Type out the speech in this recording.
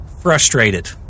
frustrated